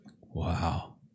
Wow